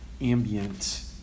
ambient